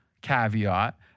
caveat